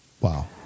Wow